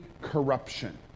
corruption